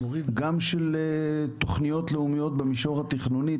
גם של תוכניות לאומיות במישור התכנוני,